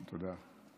תודה.